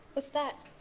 what's that?